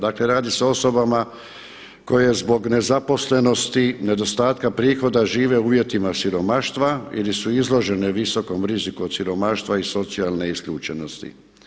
Dakle, radi se o osobama koje zbog nezaposlenosti, nedostatka prihoda žive u uvjetima siromaštva ili su izložene visokom riziku od siromaštva i socijalne isključenosti.